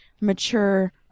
mature